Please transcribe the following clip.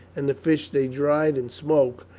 and the fish they dried and smoked,